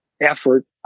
effort